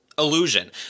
Illusion